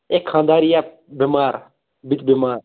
ہے خانٛداریٚن بیٚمار بہٕ تہِ بیٚمار